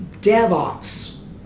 DevOps